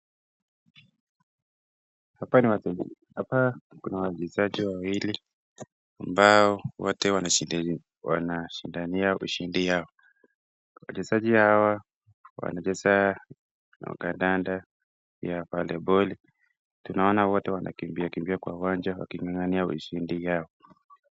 Hapa ni wachezaji. Hapa kuna wachezaji wawili ambao wote wanashindania ushindi yao. Wachezaji hawa wanacheza kandanda pia voliboli. Tunaona wote wanakimbiakimbia kwa uwanja waking'ang'ania ushindi yao.